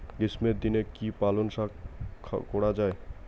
গ্রীষ্মের দিনে কি পালন শাখ করা য়ায়?